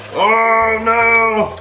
oh no,